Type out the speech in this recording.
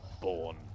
born